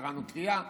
קרענו קריעה.